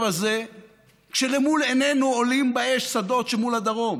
הזה כשלמול עינינו עולים באש שדות שמול הדרום?